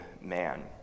man